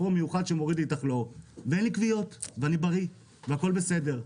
מיוחד שמוריד לי את הכלור ואין לי כוויות ואני בריא והכול בסדר.